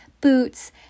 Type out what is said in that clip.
boots